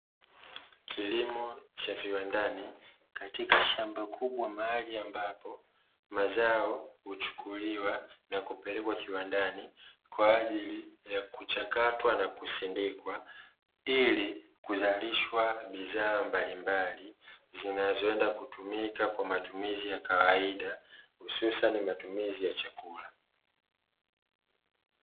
Kilimo cha viwandani katika shamba kubwa mahali ambapo mazao huchukuliwa na kupelekwa kiwandani, kwa ajili ya kuchakatwa na kusindikwa ilikuzalisha bidhaa mbalimbali, zinazoenda kutumika kwa matumizi ya kawaida hususani matumizi ya chakula.